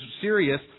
serious